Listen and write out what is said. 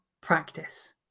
practice